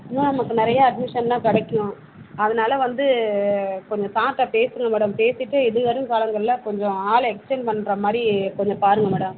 இன்னும் நமக்கு நிறையா அட்மிஷன் எல்லாம் கிடைக்கும் அதனால் வந்து கொஞ்ச சார்கிட்ட பேசுங்கள் மேடம் பேசிவிட்டு இனி வரும் காலங்களில் கொஞ்ச ஆள் எக்ஸ்டெண்ட் பண்ணுற மாதிரி கொஞ்ச பாருங்கள் மேடம்